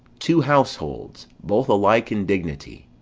two households, both alike in dignity,